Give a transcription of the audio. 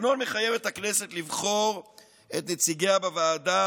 התקנון מחייב את הכנסת לבחור את נציגיה בוועדה